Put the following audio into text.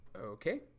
Okay